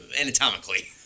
anatomically